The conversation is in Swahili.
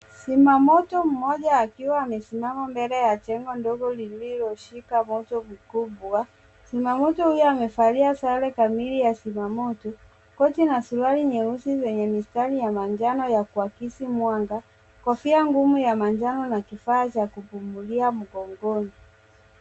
Zimamoto mmoja akiwa amesimama mbele ya jengo moja iliyoshika moto mkubwa. Zimamoto huyo amevalia sare kamili ya zimamoto, koti na suruali nyeusi yenye mistari ya manjano ya kuakisi mwanga, kofia ngumu ya manjano na kifaa cha kufungulia mgongoni.